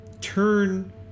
turn